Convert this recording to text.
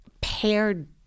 paired